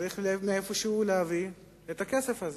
צריך מאיפה שהוא להביא את הכסף הזה.